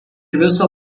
viso